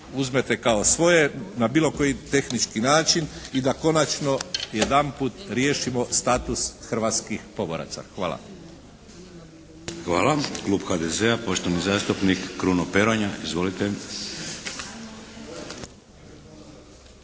uzmete kao svoje na bilo koji tehnički način i da konačno jedanput riješimo status hrvatskih pomoraca. Hvala. **Šeks, Vladimir (HDZ)** Hvala. Klub HDZ-a poštovani zastupnik Kruno Peronja. Izvolite.